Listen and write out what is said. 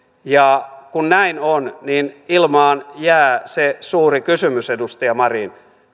kun näin on niin ilmaan jää se suuri kysymys edustaja marin